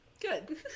Good